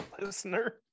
Listener